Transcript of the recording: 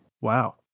Wow